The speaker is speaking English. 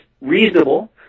reasonable